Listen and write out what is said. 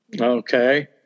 okay